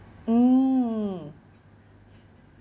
mm